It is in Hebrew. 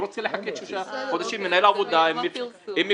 אני לא רוצה לחכות שישה חודשים מנהל עבודה אם מפרקים